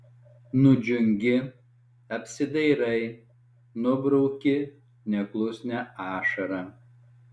nudžiungi apsidairai nubrauki neklusnią ašarą